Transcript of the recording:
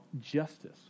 justice